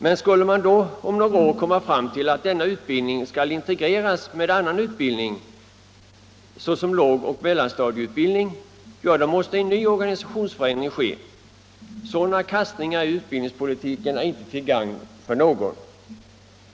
Men skulle man om några år komma fram till att denna utbildning skall integreras med annan utbildning, såsom lågoch mellanstadielärarutbildning — ja, då måste en ny organisationsförändring ske. Sådana kastningar i utbildningspolitiken är inte till gagn för någon.